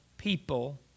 People